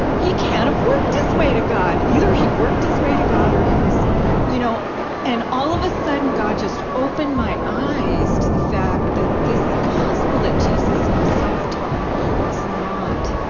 he can't have worked his way to god either he worked his way to god or he was you know and all of a sudden god just opened my, eyes to the fact that this gospel that jesus himself taught was not?